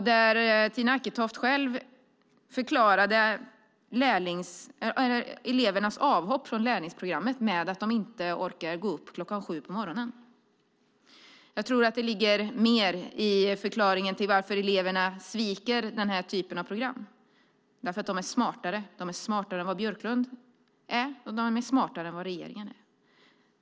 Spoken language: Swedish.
Där förklarade Tina Acketoft elevernas avhopp från lärlingsprogrammet med att de inte orkar gå upp kl. 7 på morgonen. Jag tror att det ligger mer bakom att eleverna sviker den här typen av program. De är nämligen smartare. De är smartare än Björklund och regeringen.